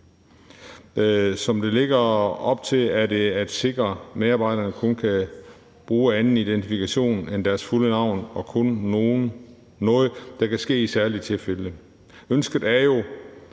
Det lægger op til at sikre, at medarbejderne kun kan bruge anden identifikation end deres fulde navn i særlige tilfælde. Ønsket er jo